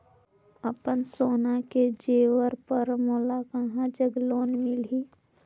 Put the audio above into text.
अपन सोना के जेवर पर मोला कहां जग लोन मिलही?